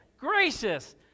gracious